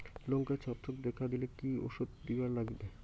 লঙ্কায় ছত্রাক দেখা দিলে কি ওষুধ দিবার লাগবে?